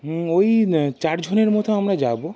হুম ওই চারজনের মতো আমরা যাব